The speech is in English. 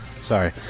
Sorry